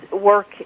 work